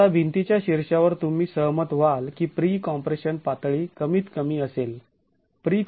आता भिंतीच्या शीर्षावर तुम्ही सहमत व्हाल की प्री कॉम्प्रेशन पातळी कमीत कमी असेल